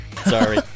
Sorry